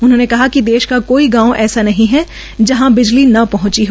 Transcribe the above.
उन्होंने कहा कि देश का कोई गांव ऐसा नहीं है जहा बिजली न पहुंची हो